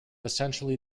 essentially